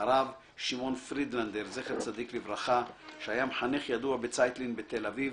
הרב שמעון פרידלנדר זצ"ל שהיה מחנך ידוע בצייטלין בתל-אביב